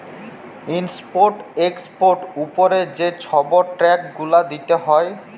import এক্সপর্টের উপরে যে ছব ট্যাক্স গুলা দিতে হ্যয়